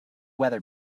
weather